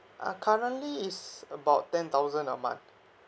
uh currently is about ten thousand a month